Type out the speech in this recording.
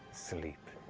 sleep.